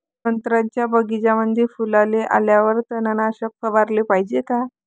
संत्र्याच्या बगीच्यामंदी फुलाले आल्यावर तननाशक फवाराले पायजे का?